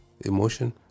emotion